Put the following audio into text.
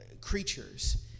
creatures